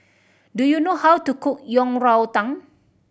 do you know how to cook Yang Rou Tang